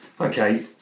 Okay